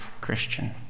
Christian